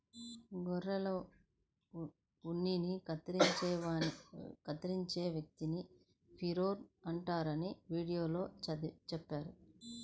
గొర్రెల ఉన్నిని కత్తిరించే వ్యక్తిని షీరర్ అంటారని వీడియోలో చెప్పారు